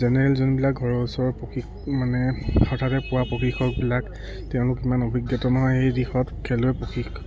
general যোনবিলাক ঘৰৰ ওচৰৰ প্ৰশিক মানে হঠাতে পোৱা প্ৰশিক্ষকবিলাক তেওঁলোক ইমান অভিজ্ঞতা নহয় এই দিশত খেলৰ প্ৰশিক